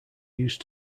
used